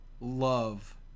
love